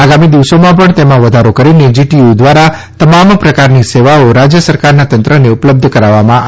આગામી દિવસોમાં પણ તેમાં વધારો કરીને જીટીયુ દ્વારા તમામ પ્રકારની સેવાઓ રાજ્ય સરકારના તંત્રને ઉપલબ્ધ કરાવવામાં આવશે